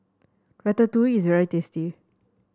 ratatouille is very tasty